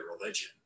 religion